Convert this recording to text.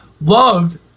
loved